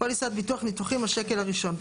"פוליסת ביטוח ניתוחים "השקל הראשון""